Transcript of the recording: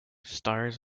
stars